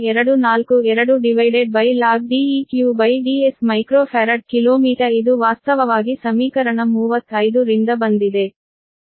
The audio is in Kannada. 0242log DeqDs µfkm ಇದು ವಾಸ್ತವವಾಗಿ ಸಮೀಕರಣ 35 ರಿಂದ ಬಂದಿದೆ